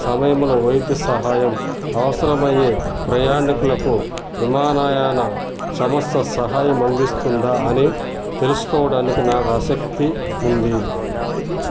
సమయములో వైద్య సహాయం అవసరమయ్యే ప్రయాణీకులకు విమానయాన సంస్థ సహాయం అందిస్తుందా అని తెలుసుకోవడానికి నాకు ఆసక్తి ఉంది